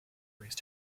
raise